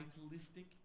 fatalistic